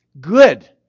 good